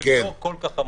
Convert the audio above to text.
אבל היא לא כל כך חמורה.